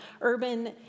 urban